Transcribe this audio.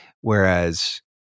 Whereas